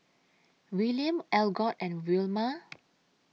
William Algot and Wilma